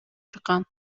чыккан